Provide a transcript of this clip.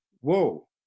whoa